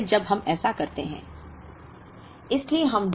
तो जब हम ऐसा करते हैं